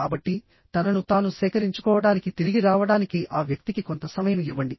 కాబట్టి తనను తాను సేకరించుకోవడానికి తిరిగి రావడానికి ఆ వ్యక్తికి కొంత సమయం ఇవ్వండి